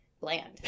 bland